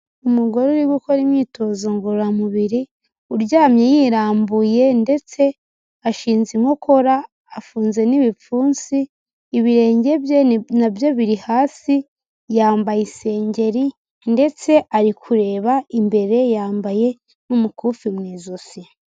Umugore uri gukora imyitozo ngororamubiri, uryamye yirambuye, ndetse ashinze inkokora, afunze n'ibipfunsi, ibirenge bye nabyo biri hasi, yambaye isengeri ndetse ari kureba imbere, yambaye n'umukufi mu ijosi.